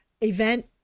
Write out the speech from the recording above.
Event